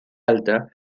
alta